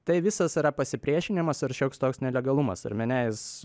tai visas yra pasipriešinimas ir šioks toks nelegalumas ir mene jis